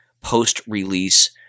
post-release